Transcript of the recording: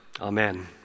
Amen